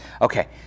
Okay